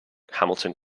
hamilton